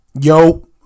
Yo